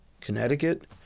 Connecticut